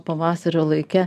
pavasario laike